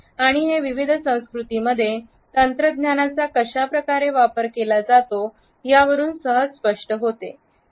आणि हे विविध संस्कृतीमध्ये तंत्रज्ञानाचा कशा प्रकारे वापर केला जातो यावरून सहज स्पष्ट होते